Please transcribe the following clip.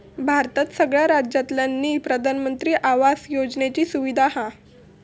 भारतात सगळ्या राज्यांतल्यानी प्रधानमंत्री आवास योजनेची सुविधा हा